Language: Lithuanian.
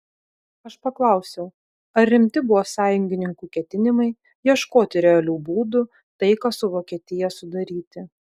aš paklausiau ar rimti buvo sąjungininkų ketinimai ieškoti realių būdų taiką su vokietija sudaryti